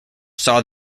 saw